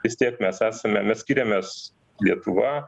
vis tiek mes esame mes skiriamės lietuva